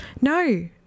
No